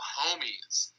homies